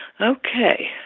Okay